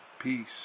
peace